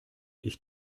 ich